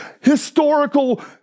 historical